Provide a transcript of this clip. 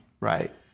Right